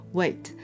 wait